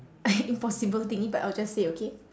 impossible thing but I'll just say okay